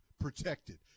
protected